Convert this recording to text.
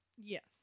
Yes